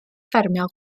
ffermio